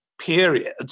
period